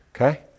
okay